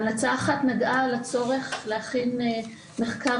המלצה אחת נגעה לצורך להכין מחקר